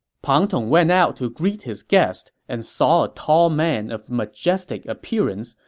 pang tong went out to greet his guest, and saw a tall man of majestic appearance.